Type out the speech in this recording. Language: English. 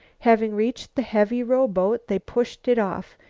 having reached the heavy rowboat they pushed it off.